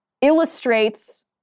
illustrates